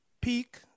peak